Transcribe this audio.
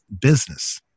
business